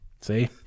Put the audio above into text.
See